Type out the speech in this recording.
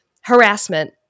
harassment